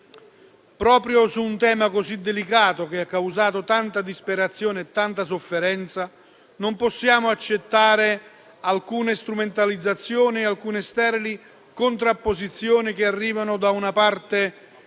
Proprio su un tema così delicato, che ha causato tanta disperazione e tanta sofferenza, non possiamo accettare alcune strumentalizzazioni e sterili contrapposizioni che arrivano da una parte